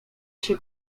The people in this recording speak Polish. się